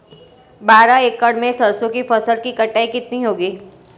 बारह एकड़ में सरसों की फसल की कटाई कितनी होगी?